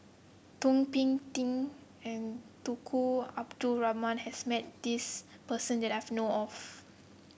Thum Ping Tjin and Tunku Abdul Rahman has met this person that I've know of